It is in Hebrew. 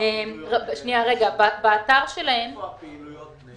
איפה מתקיימות הפעילויות?